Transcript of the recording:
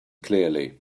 clearly